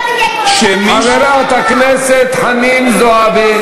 חברת הכנסת חנין זועבי.